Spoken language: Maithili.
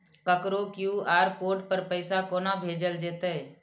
ककरो क्यू.आर कोड पर पैसा कोना भेजल जेतै?